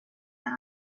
that